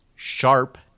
Sharp